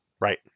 Right